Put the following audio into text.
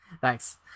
Thanks